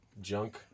Junk